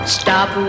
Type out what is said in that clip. stop